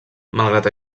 malgrat